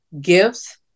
gifts